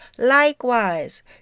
Likewise